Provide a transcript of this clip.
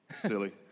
Silly